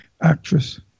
actress